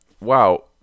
wow